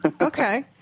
Okay